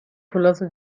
پولهاتو